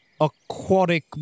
aquatic